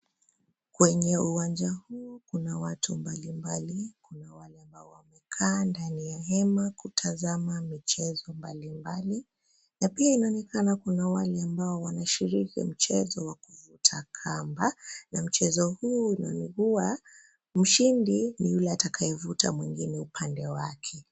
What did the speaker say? Kwenye uwanja huu kuna watu mbalimbali, kuna wale ambao wamekaa ndani ya hema kutazama michezo mbalimbali. Na pia inaonekana kuna wale ambao wanashiriki mchezo wa kuvuta kamba na mchezo huu huwa, mshindi ni ule atakayevuta mwingine upande wake.